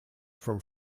from